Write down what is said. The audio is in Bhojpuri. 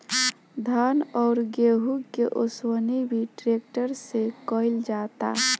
धान अउरी गेंहू के ओसवनी भी ट्रेक्टर से ही कईल जाता